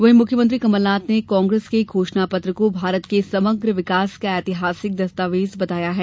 वहीं मुख्यमंत्री कमलनाथ ने कांग्रेस के घोषणा पत्र को भारत के समग्र विकास का ऐतिहासिक दस्तावेज बताया है